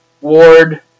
ward